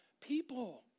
people